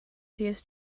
pierce